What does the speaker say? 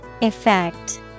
Effect